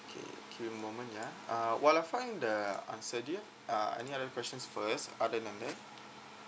okay give me a moment ya uh while I find the answer do you uh any other questions first other than that